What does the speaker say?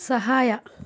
ಸಹಾಯ